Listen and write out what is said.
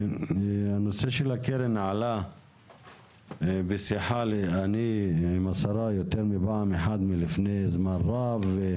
הנושא של הקרן עלה יותר מפעם אחת בשיחה עם השרה לפני זמן רב.